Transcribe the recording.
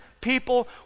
people